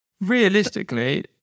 realistically